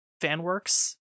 fanworks